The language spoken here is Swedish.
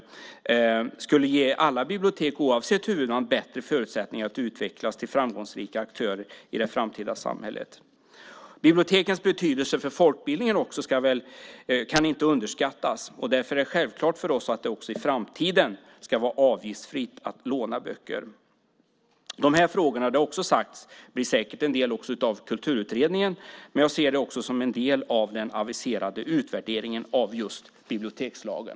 Det skulle ge alla bibliotek oavsett huvudman bättre förutsättningar att utvecklas till framgångsrika aktörer i det framtida samhället. Bibliotekens betydelse för folkbildningen ska inte underskattas. Därför är det självklart för oss att det också i framtiden ska vara avgiftsfritt att låna böcker. De här frågorna blir säkert en del av Kulturutredningen, men jag ser dem också som en del av den aviserade utvärderingen av just bibliotekslagen.